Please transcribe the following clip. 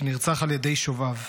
שנרצח על ידי שוביו.